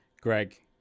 Greg